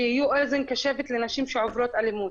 שיהיו אוזן קשבת לנשים שעוברות אלימות.